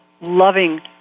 loving